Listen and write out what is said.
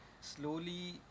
slowly